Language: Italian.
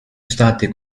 stati